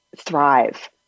thrive